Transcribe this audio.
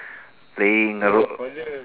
playing the rope